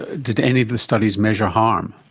did any of the studies measure harm?